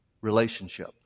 relationship